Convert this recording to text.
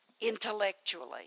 Intellectually